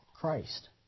Christ